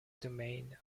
domain